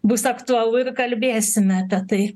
bus aktualu ir kalbėsime apie tai